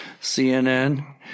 CNN